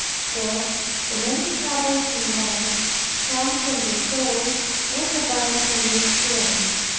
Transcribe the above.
so the many troubles in life come from the soul not abiding in its place,